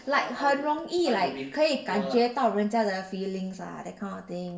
like 很容易 like 可以感觉到人家的 feelings ah that kind of thing